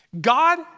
God